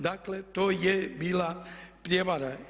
Dakle, to je bila prijevara.